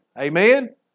Amen